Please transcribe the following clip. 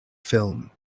film